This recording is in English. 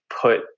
put